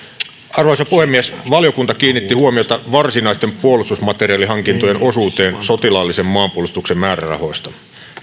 arvoisa puhemies valiokunta kiinnitti huomiota varsinaisten puolustusmateriaalihankintojen osuuteen sotilaallisen maanpuolustuksen määrärahoista